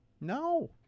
No